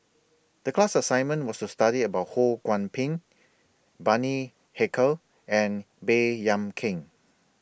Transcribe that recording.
The class assignment was to study about Ho Kwon Ping Bani Haykal and Baey Yam Keng